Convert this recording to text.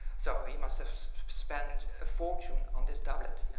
so he must have spent a fortune on this doublet,